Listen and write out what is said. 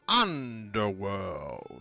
Underworld